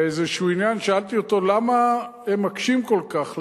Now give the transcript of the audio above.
באיזה עניין שאלתי אותו: למה הם מקשים כל כך?